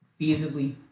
feasibly